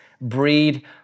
breed